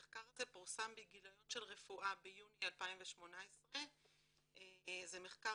המחקר פורסם בגיליון "רפואה, ביוני 2018. זה מחקר